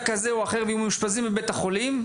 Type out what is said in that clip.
כזה או אחר ויהיו מאושפזים בבית החולים.